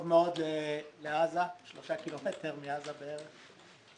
מאוד לעזה, שלושה קילומטר מעזה בערך.